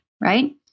right